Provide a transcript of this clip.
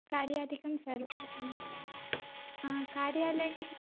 कार्यादिकं सर्वं सम्यक् हा कार्यालये